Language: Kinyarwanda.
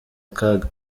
akaga